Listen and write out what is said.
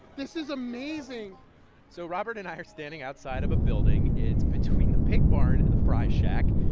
this is amazing so robert and i are standing outside of a building. it's between the pig barn and the fry shack.